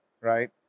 right